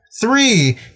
Three